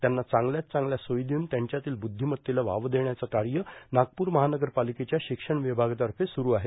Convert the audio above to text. त्यांना चांगल्यात चांगल्या सोयी देऊन त्यांच्यातील ब्रद्धिमत्तेला वाव देण्याचं कार्य नागपूर महानगरपालिकेच्या शिक्षण विभागातर्फे सुरू आहे